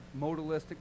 modalistic